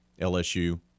LSU